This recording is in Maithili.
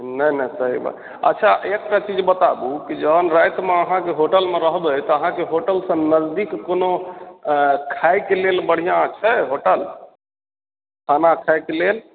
नहि नहि सही बात अच्छा एक टा चीज बताबु कि जहन रातिमे अहाँके होटलमे रहबै तऽ अहाँके होटल से नजदीक कोनो खाइके लेल बढ़िऑं छै होटल खाना खाइके लेल